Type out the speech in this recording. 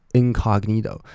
incognito